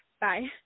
Bye